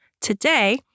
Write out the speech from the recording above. Today